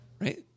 right